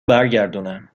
برگردونم